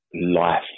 life